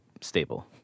stable